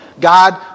God